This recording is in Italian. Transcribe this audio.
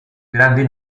grandi